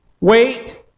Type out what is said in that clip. Wait